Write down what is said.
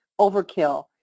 overkill